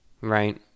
right